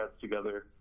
together